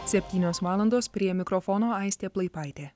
septynios valandos prie mikrofono aistė plaipaitė